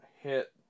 hit